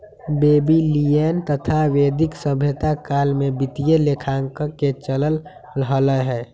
Babylonian तथा वैदिक सभ्यता काल में वित्तीय लेखांकन के चलन हलय